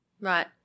Right